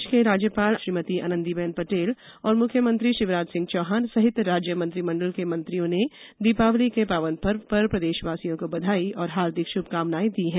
प्रदेश की राज्यपाल श्रीमती आनंदी बेन पटेल और मुख्यमंत्री शिवराज सिंह चौहान सहित राज्य मंत्रिमंडल के मंत्रियों ने दीपावली के पावन पर्व पर प्रदेशवासियों को बधाई और हार्दिक शुभकामनाएँ दी हैं